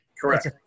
Correct